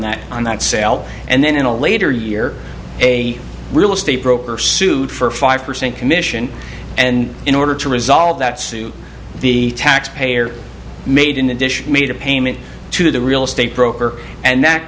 that on that sale and then in a later year a real estate broker sued for five percent commission and in order to resolve that suit the taxpayer made in addition made a payment to the real estate broker and that